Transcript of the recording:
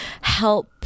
help